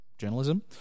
journalism